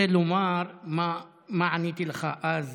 רוצה לומר מה עניתי לך אז